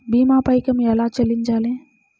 భీమా పైకం ఎలా చెల్లించాలి?